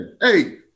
Hey